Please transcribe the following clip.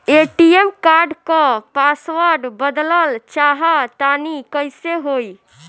ATM card क password बदलल चाहा तानि कइसे होई?